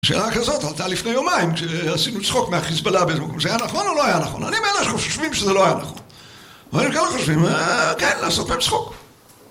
שאלה כזאת, הייתה לפני יומיים, כשעשינו צחוק מהחיזבאללה באיזה מקום, זה היה נכון או לא היה נכון? אני מאלה שחושבים שזה לא היה נכון. אבל אני כאילו חושבים, כן, לעשות פעם צחוק.